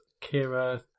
Kira